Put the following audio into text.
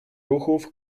ruchów